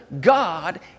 God